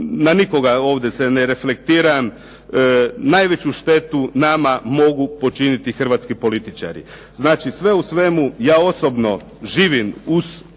na nikoga ovdje se ne reflektiram, najveću štetu nama mogu počiniti hrvatski političari. Znači sve u svemu ja osobno živim uz